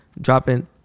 Dropping